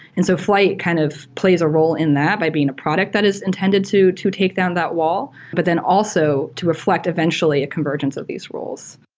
and so flyte kind of plays a role in that by being a product that is intended to to take down that wall, but then also to reflect eventually a convergence of these rules.